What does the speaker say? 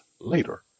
later